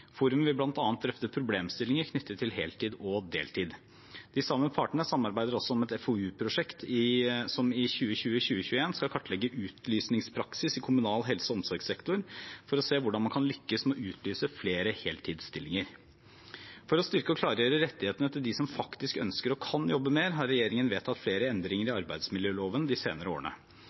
vil bl.a. drøfte problemstillinger knyttet til heltid og deltid. De samme partene samarbeider også om et FoU-prosjekt som i 2020–2021 skal kartlegge utlysningspraksis i kommunal helse- og omsorgssektor for å se hvordan man kan lykkes med å utlyse flere heltidsstillinger. For å styrke og klargjøre rettighetene til dem som faktisk ønsker og kan jobbe mer, har regjeringen vedtatt flere endringer i arbeidsmiljøloven de senere årene.